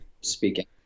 speaking